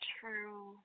true